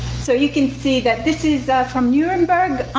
so you can see that this is from nuremberg